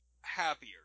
happier